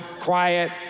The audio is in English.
quiet